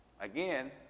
again